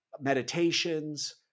meditations